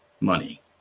money